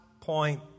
point